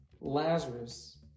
Lazarus